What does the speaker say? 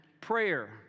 prayer